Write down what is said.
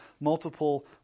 multiple